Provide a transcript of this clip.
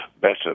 better